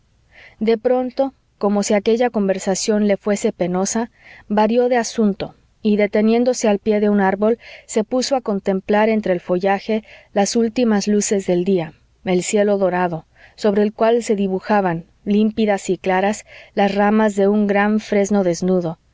de pronto como si aquella conversación le fuese penosa varió de asunto y deteniéndose al pie de un árbol se puso a contemplar entre el follaje las últimas luces del día el cielo dorado sobre el cual se dibujaban límpidas y claras las ramas de un gran fresno desnudo